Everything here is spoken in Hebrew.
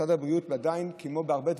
משרד הבריאות עדיין, כמו בהרבה דברים,